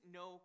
no